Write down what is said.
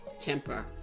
temper